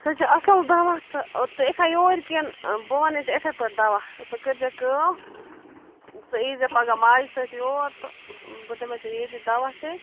سُہ چھُ اَصٕل دَوا تہٕ ژٕ یِکھا یوٗرۍ کِنہٕ بہٕ وَنَے ژےٚ یِتھَے پٲٹھۍ دَوا ژٕ کٔرۍزِ کٲم ژٕ ییٖزِ پَگاہ ماجہٕ سۭتۍ یور تہٕ بہٕ دِمَے ژےٚ ییٚتی دَوا تیٚلہِ